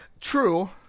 True